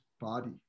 body